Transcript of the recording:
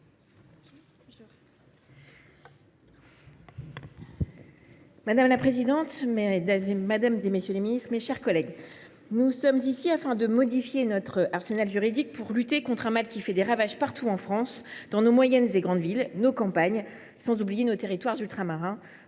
Madame la présidente, madame la ministre, messieurs les ministres d’État, mes chers collègues, nous sommes réunis pour modifier notre arsenal juridique, afin de lutter contre un mal qui fait des ravages partout en France, dans nos moyennes et grandes villes, nos campagnes, sans oublier nos territoires ultramarins